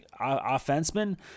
offensemen